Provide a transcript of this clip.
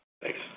Thanks